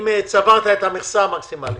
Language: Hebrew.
אם צברת את המכסה המקסימלית.